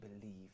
believe